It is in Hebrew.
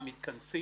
אני מבין.